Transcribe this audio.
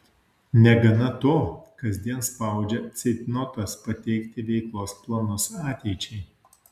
negana to kasdien spaudžia ceitnotas pateikti veiklos planus ateičiai